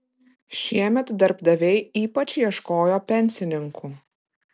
šiemet darbdaviai ypač ieškojo pensininkų